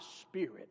spirit